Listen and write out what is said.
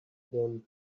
them